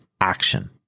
action